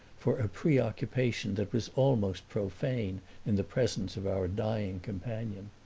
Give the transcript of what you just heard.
for a preoccupation that was almost profane in the presence of our dying companion.